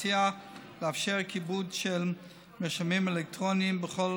מציעה לאפשר כיבוד של מרשמים אלקטרוניים בכל